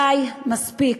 די, מספיק.